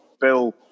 bill